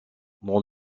dans